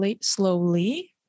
slowly